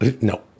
No